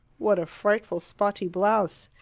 what a frightful spotty blouse!